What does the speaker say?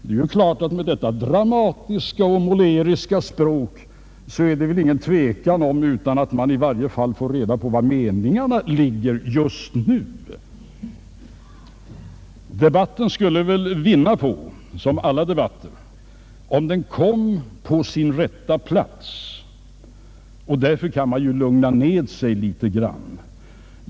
Det är klart att med detta dramatiska och måleriska språk råder det inte någon tvekan om att man i varje fall får reda på var meningarna just nu ligger. Debatten skulle som alla debatter vinna på om den kom på sin rätta plats, och därför kan man ju lugna ned sig litet grand.